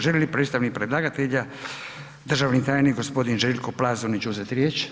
Želi li predstavnik predlagatelja, državni tajnik, g. Željko Plazonić uzeti riječ?